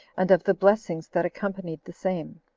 and of the blessings that accompanied the same.